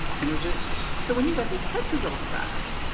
and it was just so when you got these test results back.